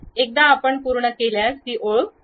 एकदा आपण पूर्ण केल्यास ती ओळ काढली जाईल